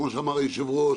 כמו שאמר היושב-ראש,